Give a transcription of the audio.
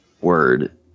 Word